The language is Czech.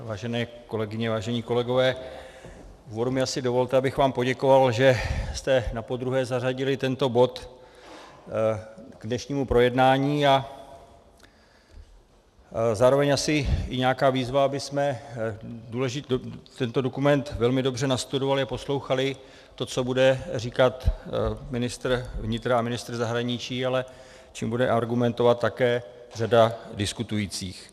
Vážené kolegyně, vážení kolegové, v úvodu mi dovolte, abych vám poděkoval, že jste napodruhé zařadili tento bod k dnešnímu projednání, a zároveň asi nějaká výzva, abychom tento dokument velmi dobře nastudovali a poslouchali to, co bude říkat ministr vnitra a ministr zahraničí, ale čím bude argumentovat také řada diskutujících.